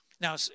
now